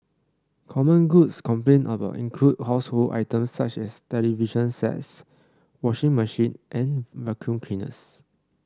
common goods complained about include household items such as television sets washing machine and vacuum cleaners